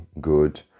good